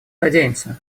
надеемся